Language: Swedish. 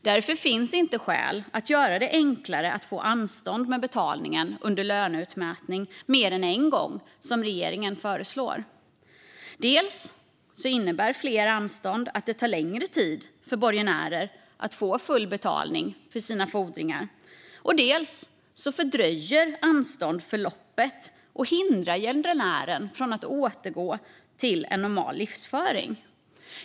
Därför finns inte skäl att göra det enklare att få anstånd med betalningen under löneutmätning mer än en gång, som regeringen föreslår. Dels innebär fler anstånd att det tar längre tid för borgenärer att få full betalning för sina fordringar, dels fördröjer anstånd förloppet och hindrar gäldenären från att återgå till en normal livsföring.